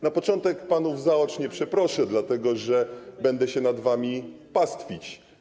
Na początek panów zaocznie przeproszę, dlatego że będę się nad wami pastwić.